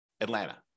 Atlanta